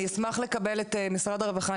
אני אשמח לקבל את משרד הרווחה,